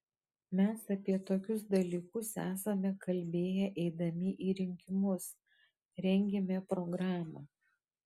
mes apie tokius dalykus esame kalbėję eidami į rinkimus rengėme programą